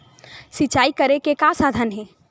सिंचाई करे के का साधन हे?